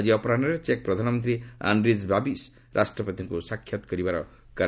ଆଜି ଅପରାହ୍ନରେ ଚେକ୍ ପ୍ରଧାନମନ୍ତ୍ରୀ ଆଣ୍ଡ୍ରିଜ୍ ବାବିସ୍ ରାଷ୍ଟ୍ରପତିଙ୍କୁ ସାକ୍ଷାତ କରିବେ